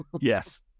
Yes